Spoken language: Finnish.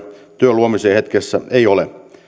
työn luomiseen hetkessä ei ole